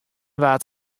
waard